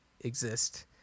exist